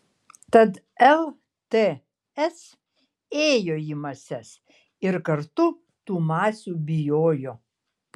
tad lts ėjo į mases ir kartu tų masių bijojo